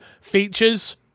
Features